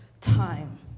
time